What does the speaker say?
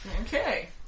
Okay